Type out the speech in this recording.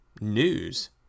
news